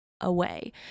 away